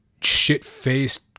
shit-faced